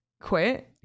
quit